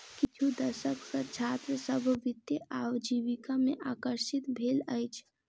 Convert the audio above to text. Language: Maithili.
किछु दशक सॅ छात्र सभ वित्तीय आजीविका में आकर्षित भेल अछि